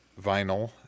vinyl